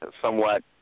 somewhat